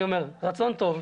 רצון טוב.